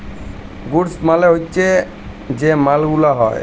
goods মালে হচ্যে যে মাল গুলা হ্যয়